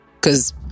cause